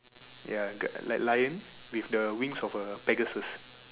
ya like lion with the wings of a Pegasus